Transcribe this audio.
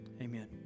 Amen